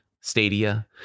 Stadia